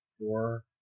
four